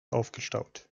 aufgestaut